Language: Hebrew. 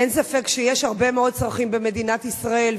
אין ספק שיש הרבה מאוד צרכים במדינת ישראל,